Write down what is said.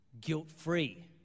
guilt-free